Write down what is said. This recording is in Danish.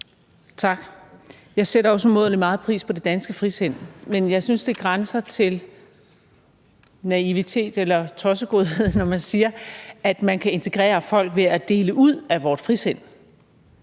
Tak. Jeg sætter også umådelig meget pris på det danske frisind, men jeg synes, det grænser til naivitet eller tossegodhed, når man siger, at man kan integrere folk ved at dele ud af vort frisind.